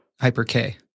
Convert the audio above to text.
hyper-K